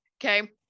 Okay